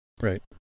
Right